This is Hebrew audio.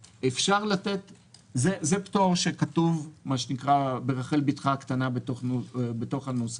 זה פטור שכתוב ברחל בתך הקטנה בתוך הנוסח.